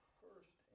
first